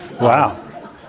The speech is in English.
Wow